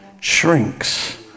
shrinks